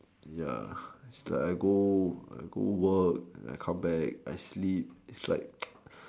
ya it's like I go I go work and I come back I sleep it's like